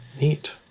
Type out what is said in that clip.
Neat